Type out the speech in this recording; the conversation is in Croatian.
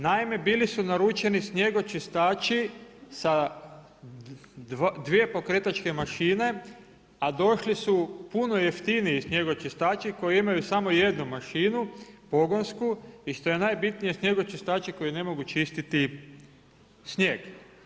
Naime, bili su naručeni snijegočistači sa 2 pokretačke mašine, a došli su puno jeftiniji snijegočistači koji imaju samo jednu mašinu pogonsku i što je najbitnije, snijegočistači koji ne mogu čistiti snijeg.